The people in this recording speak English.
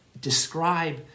describe